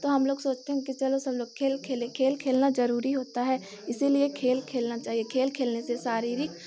तो हम लोग सोचते हैं कि चलो सब लोग खेल खेलें खेल खेलना ज़रूरी होता है इसीलिए खेल खेलना चाहिए खेल खेलने से शारीरिक